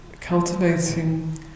cultivating